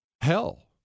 hell